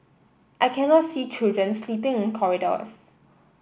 I cannot see children sleeping corridors